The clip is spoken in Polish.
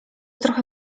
trochę